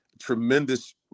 tremendous